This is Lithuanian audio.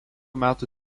metų